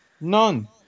None